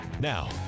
Now